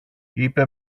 είπε